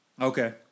Okay